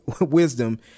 wisdom